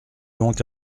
donc